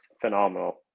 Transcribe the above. phenomenal